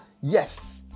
yes